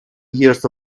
years